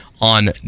on